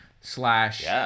slash